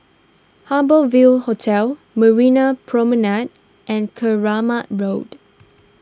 Harbour Ville Hotel Marina Promenade and Keramat Road